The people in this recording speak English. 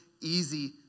easy